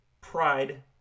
pride